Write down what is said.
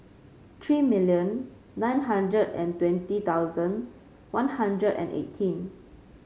three million nine hundred and twenty hundred One Hundred and eighteen